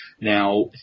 Now